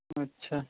अच्छा